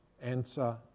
answer